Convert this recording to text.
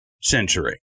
century